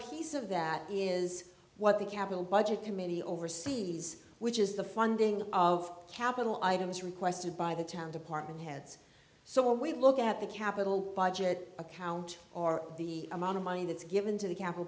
piece of that is what the capital budget committee oversees which is the funding of capital items requested by the town department heads so when we look at the capital budget account or the amount of money that's given to the c